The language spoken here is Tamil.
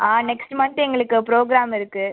ஆ நெக்ஸ்ட்டு மந்த்து எங்களுக்கு ப்ரோக்ராம் இருக்கு